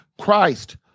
Christ